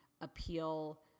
appeal